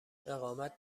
اقامت